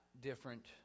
different